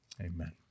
Amen